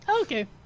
Okay